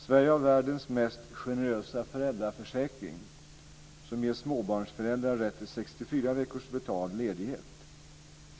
Sverige har världens mest generösa föräldraförsäkring som ger småbarnsföräldrar rätt till 64 veckors betald ledighet.